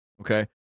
Okay